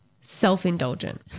self-indulgent